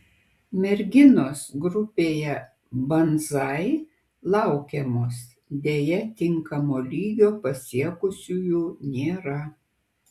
merginos grupėje banzai laukiamos deja tinkamo lygio pasiekusiųjų nėra